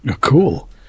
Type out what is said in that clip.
Cool